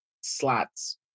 slots